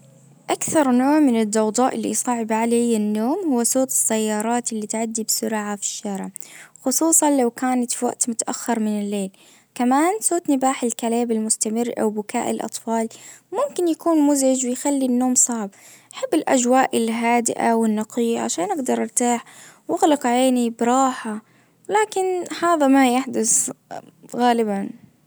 اكثر نوع من الضوضاء اللي يصعب علي النوم هو صوت السيارات اللي تعدي بسرعة في الشارع خصوصًا لو كانت في وقت متأخر من الليل كمان صوت نباح الكليب المستمر او بكاء الاطفال ممكن يكون مزعج ويخلي النوم صعب. أحب الاجواء الهادئة والنقية عشان اقدر ارتاح واغلق عيني براحة لكن هذا ما يحدث غالبًا.